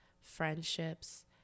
friendships